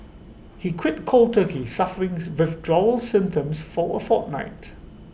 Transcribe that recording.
he quit cold turkey suffering withdrawal symptoms for A fortnight